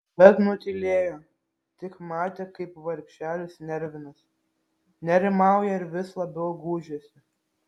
bet nutylėjo tik matė kaip vargšelis nervinasi nerimauja ir vis labiau gūžiasi